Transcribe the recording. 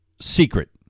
secret